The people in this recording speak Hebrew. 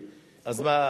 אז מה,